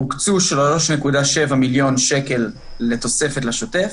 הוקצו 3.7 מיליון שקל לתוספת לשוטף,